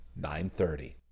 9.30